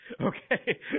Okay